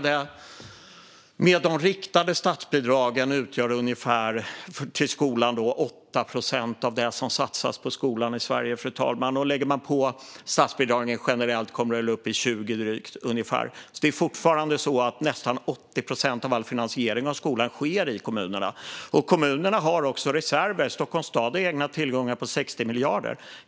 De riktade statsbidragen till skolan utgör ungefär 8 procent av det som satsas på skolan i Sverige, fru talman. Lägger man på statsbidragen generellt kommer det väl upp i ungefär 20. Det är alltså fortfarande så att nästan 80 procent av all finansiering av skolan sker i kommunerna. Kommunerna har också reserver. Stockholms stad har egna tillgångar på 60 miljarder.